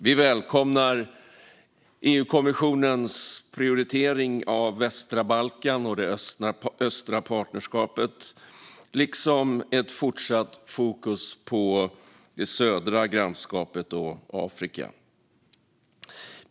Vi välkomnar EU-kommissionens prioritering av västra Balkan och det östliga partnerskapet liksom ett fortsatt fokus på det södra grannskapet och Afrika.